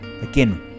Again